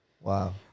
Wow